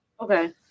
Okay